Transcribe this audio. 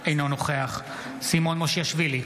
אינו נוכח סימון מושיאשוילי,